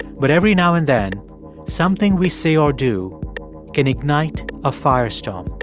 but every now and then something we say or do can ignite a firestorm.